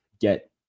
get